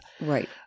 Right